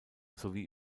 sowie